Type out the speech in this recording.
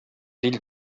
ville